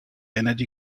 energy